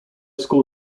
school